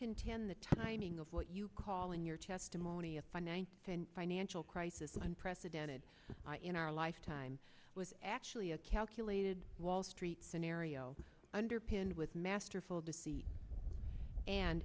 contend the timing of what you call in your testimony a finance and financial crisis one precedented in our lifetime was actually a calculated wall street scenario underpinned with masterful deceit and